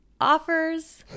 offers